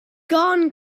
gone